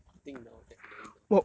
I think now definitely now